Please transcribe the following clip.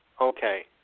Okay